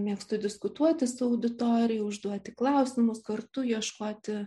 mėgstu diskutuoti su auditorija užduoti klausimus kartu ieškoti